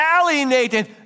alienated